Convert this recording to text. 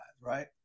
right